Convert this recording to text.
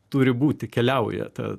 turi būti keliauja ta